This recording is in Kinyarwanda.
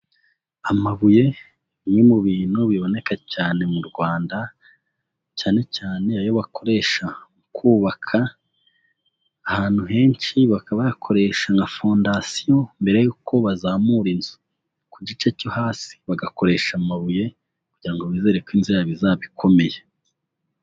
Amabuye kimwemu bintu biboneka cyane mu Rwanda cyane cyane ayo bakoresha mu kubaka, ahantu henshi bakaba bakoresha nka fondasiyo mbere y'uko bazamura inzu ku gice cyo hasi bagakoresha amabuye kugira ngo bizere ko inzira izaba ikomeye.